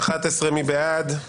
הצבעה בעד,